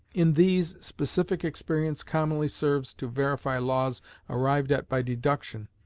in these, specific experience commonly serves to verify laws arrived at by deduction,